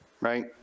right